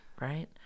right